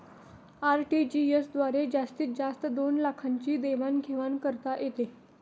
RTGS द्वारे जास्तीत जास्त दोन लाखांची देवाण घेवाण करता येते